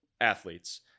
athletes